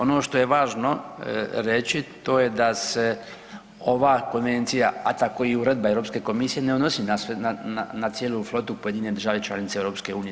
Ono što je važno reći to je da se ova konvencija, a tako i uredba Europske komisije ne odnosi na cijelu flotu pojedine države članice EU.